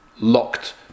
locked